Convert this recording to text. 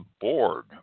board